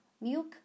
milk